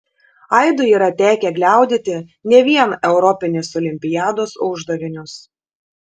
aidui yra tekę gliaudyti ne vien europinės olimpiados uždavinius